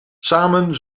samen